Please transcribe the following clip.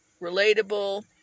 relatable